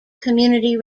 community